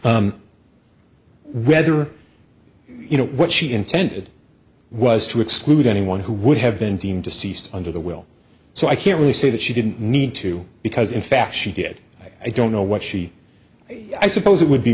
whether you know what she intended was to exclude anyone who would have been deemed deceased under the will so i can't really say that she didn't need to because in fact she did i don't know what she did i suppose it would be